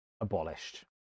abolished